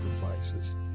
sacrifices